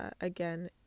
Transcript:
again